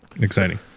Exciting